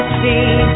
see